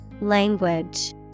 language